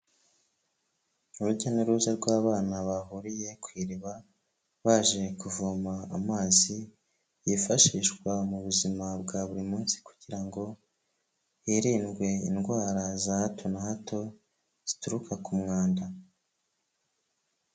Urujya n'uruza rw'abana bahuriye ku iriba, baje kuvoma amazi yifashishwa mu buzima bwa buri munsi kugira ngo hirindwe indwara za hato na hato zituruka ku mwanda.